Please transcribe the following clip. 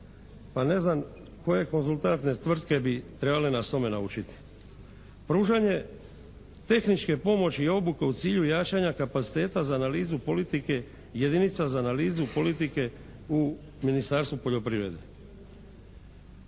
pa ne znam koje konzultantne tvrtke bi trebale nas tome naučiti. Pružanje tehničke pomoći i obuke u cilju jačanja kapaciteta za analizu politike, jedinica za analizu politike u Ministarstvu poljoprivrede.